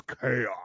chaos